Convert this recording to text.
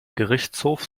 gerichtshof